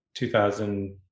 2000